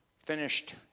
finished